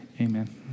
Amen